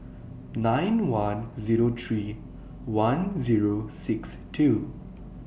nine one Zero three one Zero six two